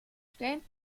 stellen